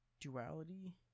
Duality